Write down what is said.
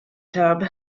tub